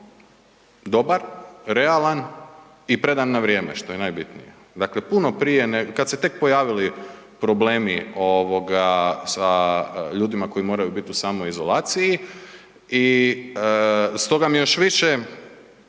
dobar, realan i predan na vrijeme, što je najbitnije. Dakle, puno prije, kad su se tek pojavili problemi sa ljudima koji moraju biti u samoizolaciji i stoga mi je još više